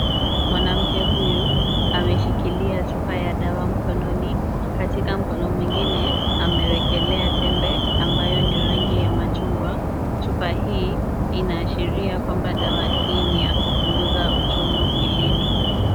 Mwanamke huyu ameshikilia chupa ya dawa mkononi. Katika mkono mwingine amewekelea tembe ambayo ni rangi ya machungwa. Chupa hii inaashiria kwamba dawa hii ni ya kupunguza uchungu mwilini.